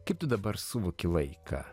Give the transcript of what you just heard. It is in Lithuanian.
kaip tu dabar suvoki vaiką